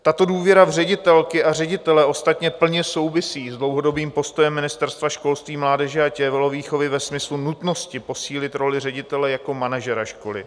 Tato důvěra v ředitelky a ředitele ostatně plně souvisí s dlouhodobým postojem Ministerstva školství, mládeže a tělovýchovy ve smyslu nutnosti posílit roli ředitele jako manažera školy.